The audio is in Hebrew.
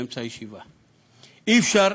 באמצע ישיבה, אי-אפשר